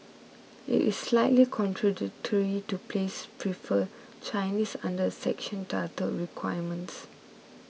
it is slightly contradictory to place prefer Chinese under a section titled requirements